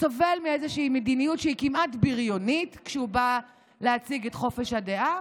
סובל מאיזושהי מדיניות שהיא כמעט בריונית כשהוא בא להציג את חופש הדעה.